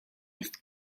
jest